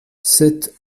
sept